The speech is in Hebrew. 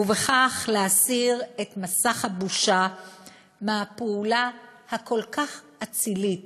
ובכך נסיר את מסך הבושה מהפעולה הכל-כך אצילית